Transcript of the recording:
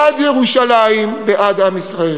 בעד ירושלים, בעד עם ישראל.